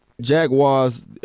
Jaguars